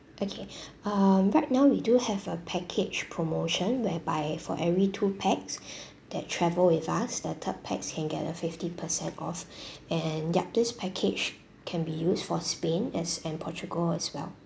okay um right now we do have a package promotion whereby for every two pax that travel with us the third pax can get a fifty percent off and yup this package can be used for spain as and portugal as well